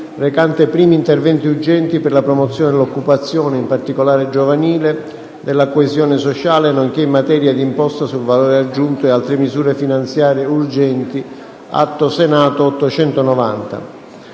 recante primi interventi urgenti per la promozione dell’occupazione, in particolare giovanile, della coesione sociale, nonche´ in materia di Imposta sul valore aggiunto (IVA) e altre misure finanziarie urgenti (890)